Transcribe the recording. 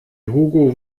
hugo